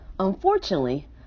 unfortunately